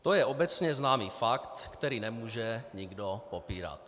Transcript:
To je obecně známý fakt, který nemůže nikdo popírat.